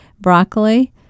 broccoli